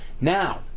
Now